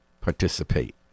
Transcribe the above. participate